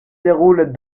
déroulent